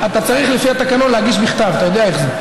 אתה צריך לפי התקנון להגיש בכתב, אתה יודע איך זה.